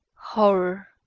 horror!